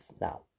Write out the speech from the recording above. now